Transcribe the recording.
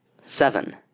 seven